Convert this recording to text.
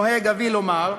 נוהג אבי לומר.